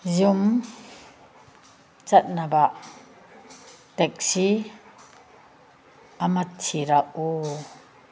ꯌꯨꯝ ꯆꯠꯅꯕ ꯇꯦꯛꯁꯤ ꯑꯃ ꯊꯤꯔꯛꯎ